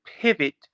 pivot